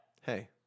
hey